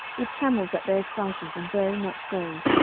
with camels that bare spices, and very much gold,